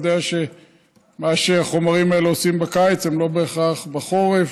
יודע שמה שהחומרים האלה עושים בקיץ הם לא בהכרח עושים בחורף,